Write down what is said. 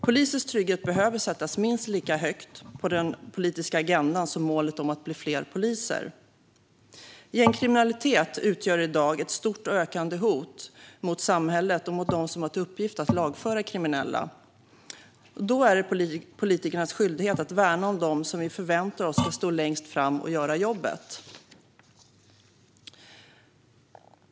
Polisers trygghet behöver sättas minst lika högt på den politiska agendan som målet om att det ska bli fler poliser. Gängkriminalitet utgör i dag ett stort och ökande hot mot samhället och mot dem som har till uppgift att lagföra kriminella. Då är det politikernas skyldighet att värna om dem som vi förväntar oss ska stå längst fram och göra jobbet.